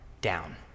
down